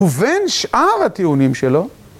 ובין שאר הטיעונים שלו,